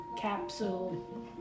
capsule